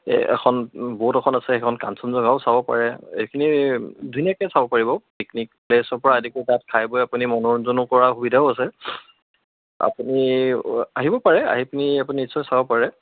এই এখন বৰ্ড এখন আছে এখন কাঞ্চনজংঘাও চাব পাৰে এইখিনি ধুনীয়াকৈ চাব পাৰিব পিকনিক প্লেচৰপৰা আদি কৰি তাত খাই বৈ আপুনি মনোৰঞ্জনো কৰা সুবিধাও আছে আপুনি আহিব পাৰে আহি পিনি আপুনি নিশ্চয় চাব পাৰে